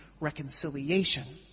reconciliation